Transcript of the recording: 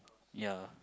ya